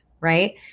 right